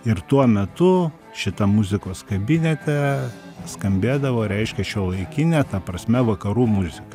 ir tuo metu šitam muzikos kabinete skambėdavo reiškia šiuolaikinė ta prasme vakarų muzika